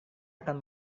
akan